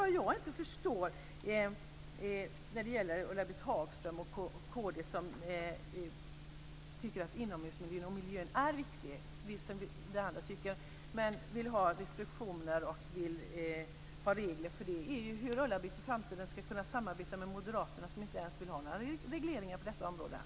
Vad jag inte förstår när det gäller Ulla-Britt Hagström och Kristdemokraterna, som tycker att inomhusmiljön och miljön över huvud taget är viktig - precis som vi andra tycker - och som vill ha restriktioner och regler är hur Ulla-Britt i framtiden ska kunna samarbeta med Moderaterna som inte ens vill ha några regleringar på dessa områden.